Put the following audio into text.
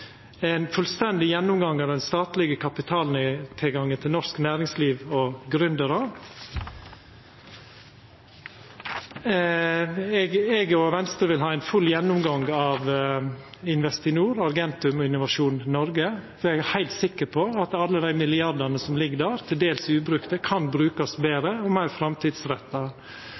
ein fullstendig gjennomgang av den statlege kapitaltilgangen til norsk næringsliv og gründerar – eg og Venstre vil ha ein full gjennomgang av Investinor, Argentum og Innovasjon Noreg. Eg er heilt sikker på at alle dei milliardane som ligg der, til dels ubrukte, kan brukast betre og meir framtidsretta